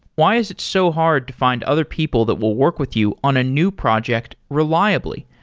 why is it so hard to find other people that will work with you on a new project reliably?